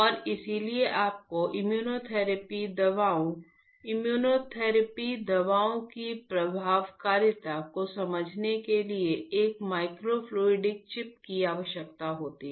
और इसलिए आपको इम्यूनोथेरेपी दवाओं इम्यूनोथेरेपी दवाओं की प्रभावकारिता को समझने के लिए एक माइक्रोफ्लूडिक चिप की आवश्यकता होती है